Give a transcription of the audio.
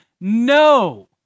No